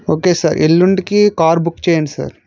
okay sir ఎల్లుండికి car book చేయండి sir